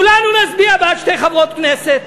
כולנו נצביע בעד שתי חברות כנסת,